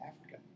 Africa